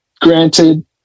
granted